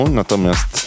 natomiast